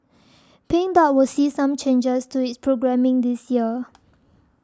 Pink Dot will see some changes to its programming this year